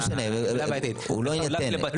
לא משנה, הוא לא יינתן.